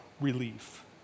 relief